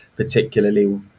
particularly